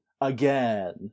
again